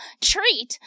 treat